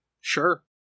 Sure